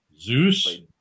zeus